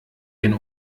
den